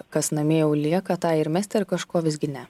kas namie jau lieka tą ir mesti ar kažko visgi ne